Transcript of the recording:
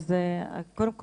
אז קודם כל,